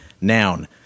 noun